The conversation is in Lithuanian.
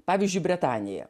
pavyzdžiui bretanėje